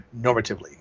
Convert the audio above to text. normatively